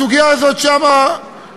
הסוגיה הזאת מתוארת שם בהרחבה.